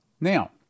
now